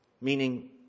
meaning